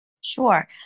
Sure